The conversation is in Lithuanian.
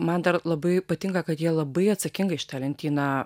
man dar labai patinka kad jie labai atsakingai šitą lentyną